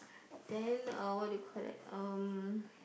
then uh what do you call that um